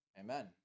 Amen